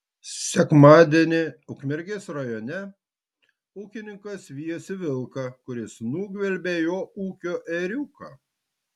sekmadienį ukmergės rajone ūkininkas vijosi vilką kuris nugvelbė jo ūkio ėriuką